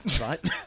right